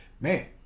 Man